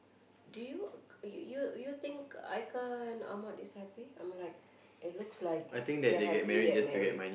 do you you you think Aika and Admad is happy I am like it looks like they are happy they are married